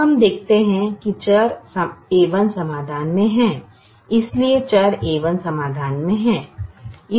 अब हम देखते हैं कि चर संदर्भ समय 1723 a1 समाधान में है संदर्भ समय 1734 इसलिए चर a1 समाधान में है